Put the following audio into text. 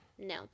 no